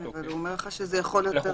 אבל הוא אומר שזה יכול להיות ספציפי.